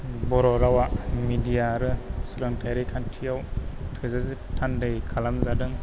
बर' रावा मिडिया आरो सोलोंथाइयारि खान्थियाव थोजासे थान्दै खालामजादों